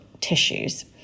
tissues